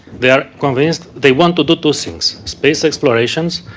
they are convinced they want to do two things. space explorations,